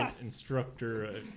instructor